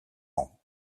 ans